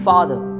Father